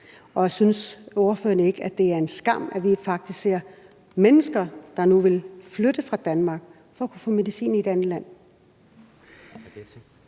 Og synes ordføreren ikke, det er en skam, at vi faktisk ser mennesker, der nu vil flytte fra Danmark for at kunne få medicinen i et andet land?